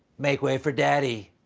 make way for daddy.